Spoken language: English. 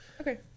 Okay